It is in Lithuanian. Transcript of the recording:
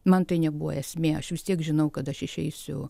man tai nebuvo esmė aš vis tiek žinau kad aš išeisiu